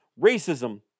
racism